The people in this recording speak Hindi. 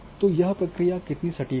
तो यह प्रक्रिया कितनी सटीक थी